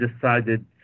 decided